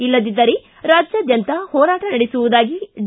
ಇಲ್ಲದಿದ್ದರೆ ರಾಜ್ಯಾದ್ಯಂತ ಹೋರಾಟ ನಡೆಸುವುದಾಗಿ ಡಿ